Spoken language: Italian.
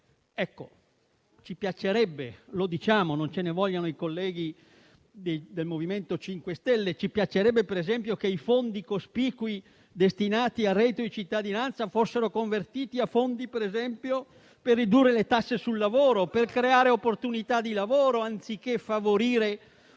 manifatturiero e l'edilizia. Non ce ne vogliano i colleghi del MoVimento 5 Stelle, ma ci piacerebbe, per esempio, che i fondi cospicui destinati al reddito di cittadinanza fossero convertiti a fondi per ridurre le tasse sul lavoro, per creare opportunità di lavoro, anziché favorire